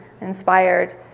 inspired